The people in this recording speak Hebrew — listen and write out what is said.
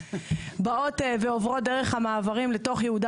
באות ועוברות דרך המעברים לתוך יהודה